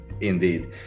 indeed